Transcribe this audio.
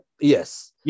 Yes